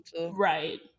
Right